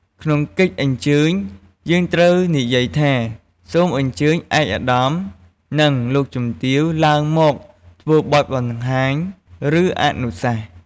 ក្នុងកិច្ចអញ្ជើញ យើងត្រូវនិយាយថា សូមអញ្ជើញឯកឧត្តម និងលោកជំទាវឡើងមកធ្វើបទបង្ហាញ ឬអនុសាសន៍។